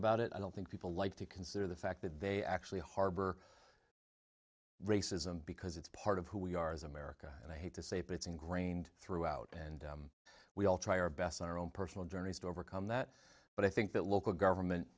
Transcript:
about it i don't think people like to consider the fact that they actually harbor racism because it's part of who we are is america and i hate to say it but it's ingrained throughout and we all try our best on our own personal journeys to overcome that but i think that local government